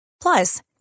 Plus